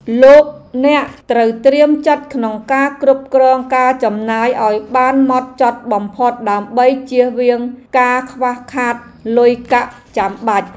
លោកអ្នកត្រូវត្រៀមចិត្តក្នុងការគ្រប់គ្រងការចំណាយឱ្យបានហ្មត់ចត់បំផុតដើម្បីជៀសវាងការខ្វះខាតលុយកាក់ចាំបាច់。